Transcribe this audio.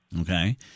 Okay